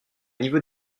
niveau